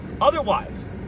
Otherwise